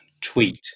tweet